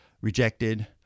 rejected